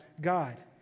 God